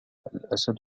الأسد